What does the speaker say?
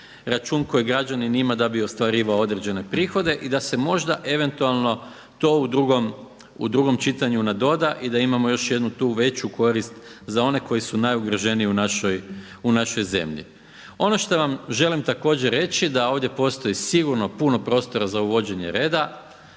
račun koji građanin ima da bi ostvarivao određene prihode i da se možda, eventualno to u drugom čitanju nadoda i da imamo još jednu tu veću korist za one koji su najugroženiji u našoj zemlji. Ono što vam želim također reći da ovdje postoji sigurno puno prostora za uvođenje reda,